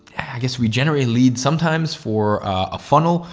i guess we generate leads sometimes for a funnel,